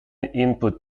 input